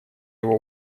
его